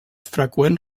freqüent